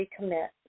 recommit